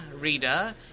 reader